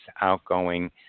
outgoing